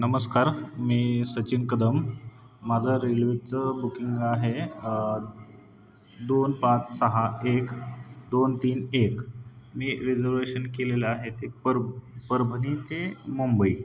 नमस्कार मी सचिन कदम माझं रेल्वेचं बुकिंग आहे दोन पाच सहा एक दोन तीन एक मी रिझर्वेशन केलेलं आहे ते पर परभणी ते मुंबई